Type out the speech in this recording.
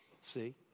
See